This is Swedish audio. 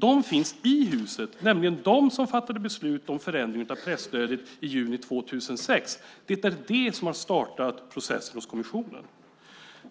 De finns i huset, nämligen de som fattade beslut om förändringar i presstödet i juni 2006. Det är det som har startat processen hos kommissionen.